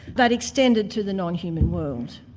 but extended to the non-human world.